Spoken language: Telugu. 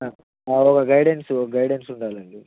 ఒక గైడెన్సు గైడెన్స్ ఉండాలండి